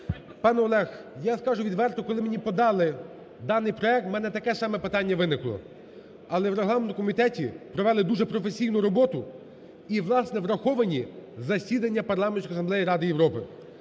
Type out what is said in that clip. Пане Олег, я скажу відверто, коли мені подали даний проект, в мене таке саме питання виникло. Але в регламентному комітеті провели дуже професійну роботу. І, власне, враховані засідання Парламентської асамблеї Ради Європи.